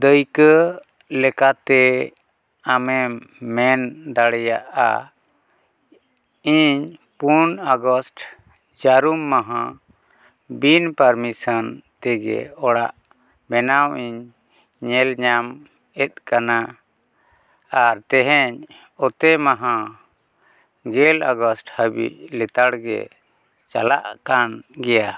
ᱫᱟᱹᱭᱠᱟᱹ ᱞᱮᱠᱟᱛᱮ ᱟᱢᱮᱢ ᱢᱮᱱ ᱫᱟᱲᱮᱭᱟᱜᱼᱟ ᱤᱧ ᱯᱩᱱ ᱟᱜᱚᱥᱴ ᱡᱟᱨᱩᱢ ᱢᱟᱦᱟ ᱵᱤᱱ ᱯᱟᱨᱢᱤᱥᱚᱱ ᱛᱮᱜᱮ ᱚᱲᱟᱜ ᱵᱮᱱᱟᱣ ᱤᱧ ᱧᱮᱞ ᱧᱟᱢᱮᱫ ᱠᱟᱱᱟ ᱟᱨ ᱛᱮᱦᱮᱧ ᱚᱛᱮ ᱢᱟᱦᱟ ᱜᱮᱞ ᱟᱜᱚᱥᱴ ᱦᱟᱵᱤᱡ ᱞᱮᱛᱟᱲ ᱜᱮ ᱪᱟᱞᱟᱜ ᱠᱟᱱ ᱜᱮᱭᱟ